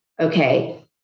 okay